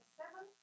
seven